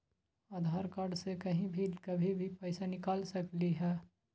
आधार card से कहीं भी कभी पईसा निकाल सकलहु ह?